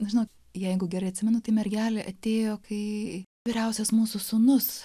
žinot jeigu gerai atsimenu tai mergelė atėjo kai vyriausias mūsų sūnus